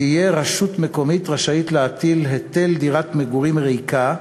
תהיה רשות מקומית רשאית להטיל היטל דירת מגורים ריקה,